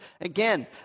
again